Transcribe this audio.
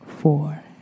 four